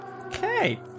Okay